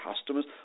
customers